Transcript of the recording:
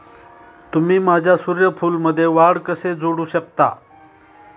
तुम्ही माझ्या सूर्यफूलमध्ये वाढ कसे जोडू शकता?